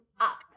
up